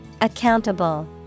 Accountable